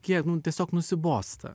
kiek nu tiesiog nusibosta